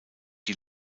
die